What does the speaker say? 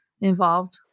involved